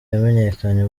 yamenyekanye